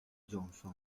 johnson